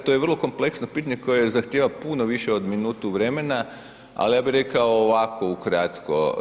To je vrlo kompleksno pitanje koje zahtjeva puno više od minutu vremena, ali ja bih rekao ovako ukratko.